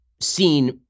seen